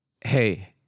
Hey